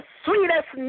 sweetest